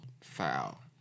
foul